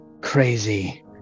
crazy